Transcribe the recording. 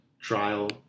trial